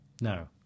no